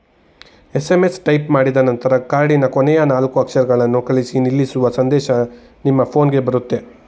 SMS type ಮಾಡಿದನಂತರ ಕಾರ್ಡಿನ ಕೊನೆಯ ನಾಲ್ಕು ಅಕ್ಷರಗಳನ್ನು ಕಳಿಸಿ ನಿಲ್ಲಿಸುವ ಸಂದೇಶ ನಿಮ್ಮ ಫೋನ್ಗೆ ಬರುತ್ತೆ